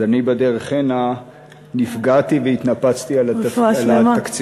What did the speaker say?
אז אני בדרך הנה נפגעתי והתנפצתי על התקציב.